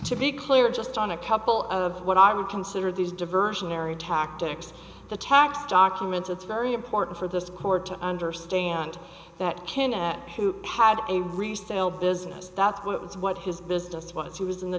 to be clear just on a couple of what i would consider these diversionary tactics the tax documents it's very important for this court to understand that kin at who had a resale business that's what his business was he was in the